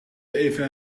even